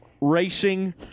racing